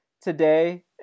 today